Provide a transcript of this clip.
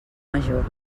major